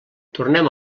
tornem